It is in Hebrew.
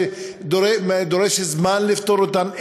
שזה דורש זמן לפתור אותן,